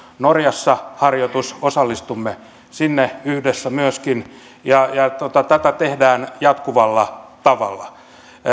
norjassa harjoitus osallistumme yhdessä myöskin siihen ja tätä tehdään jatkuvalla tavalla